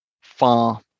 far